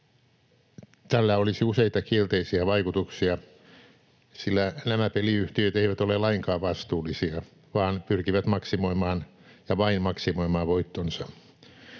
Tällä olisi useita kielteisiä vaikutuksia, sillä nämä peliyhtiöt eivät ole lainkaan vastuullisia vaan pyrkivät maksimoimaan, ja vain maksimoimaan, voittonsa.